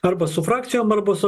arba su frakcijom arba su